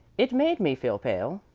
it made me feel pale.